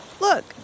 Look